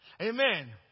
Amen